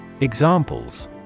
Examples